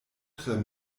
tre